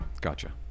gotcha